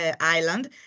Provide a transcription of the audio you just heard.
island